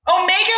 Omega